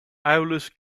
aulus